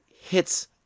hits